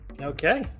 Okay